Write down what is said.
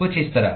कुछ इस तरह